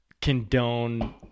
condone